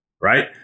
right